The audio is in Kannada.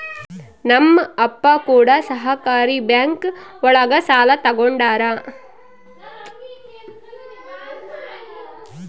ನಮ್ ಅಪ್ಪ ಕೂಡ ಸಹಕಾರಿ ಬ್ಯಾಂಕ್ ಒಳಗ ಸಾಲ ತಗೊಂಡಾರ